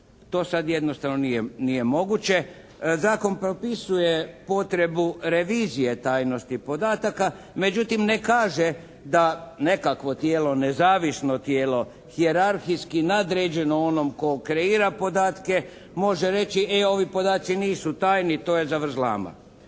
To sada jednostavno nije moguće. Zakon propisuje potrebu revizije tajnosti podataka, međutim ne kaže da nekakvo tijelo, nezavisno tijelo hijerarhijski nadređeno onom tko kreira podatke može reći e ovi podaci nisu tajni, to je zavrzlama.